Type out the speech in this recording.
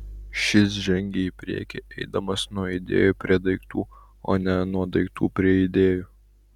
šis žengia į priekį eidamas nuo idėjų prie daiktų o ne nuo daiktų prie idėjų